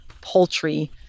poultry